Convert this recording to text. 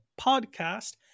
Podcast